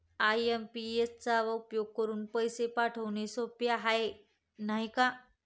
IMPS चा उपयोग करुन पैसे पाठवणे सोपे आहे, नाही का